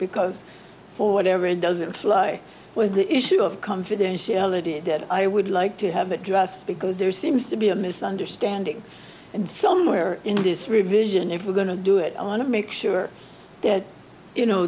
because for whatever it doesn't fly with the issue of confidentiality that i would like to have it just because there seems to be a misunderstanding and somewhere in this revision if we're going to do it i want to make sure that you know